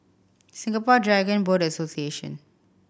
Singapore Dragon Boat Association